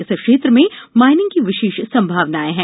इस क्षेत्र में माइनिंग की विशेष संभावनाएँ हैं